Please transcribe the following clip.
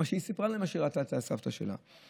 מה שהיא סיפרה להם שהיא ראתה אצל הסבתא שלה.